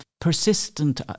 persistent